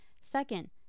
Second